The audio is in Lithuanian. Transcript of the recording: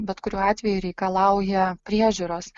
bet kuriuo atveju reikalauja priežiūros